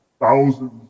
thousands